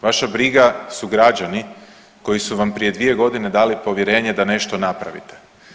Vaša briga su građani koji su vam prije 2 godine dali povjerenje da nešto napravite.